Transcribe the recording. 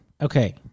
Okay